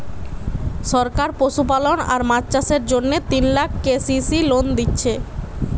সরকার পশুপালন আর মাছ চাষের জন্যে তিন লাখ কে.সি.সি লোন দিচ্ছে